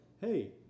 hey